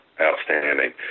Outstanding